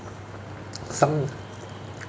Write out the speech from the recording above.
some